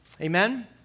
Amen